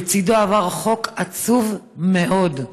לצידו עבר חוק עצוב מאוד: